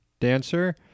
dancer